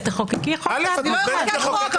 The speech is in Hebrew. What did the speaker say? אז תחוקקי חוק --- לא אחוקק חוק,